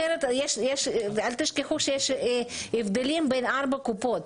אחרת, אל תשכחו שיש הבדלים בין ארבע הקופות.